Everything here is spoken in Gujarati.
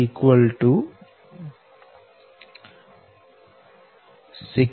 Dbc